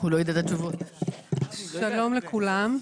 שלום לכולם.